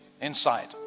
inside